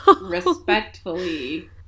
Respectfully